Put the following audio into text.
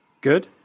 Good